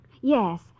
Yes